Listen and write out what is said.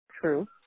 true